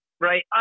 right